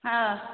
ହଁ